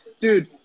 dude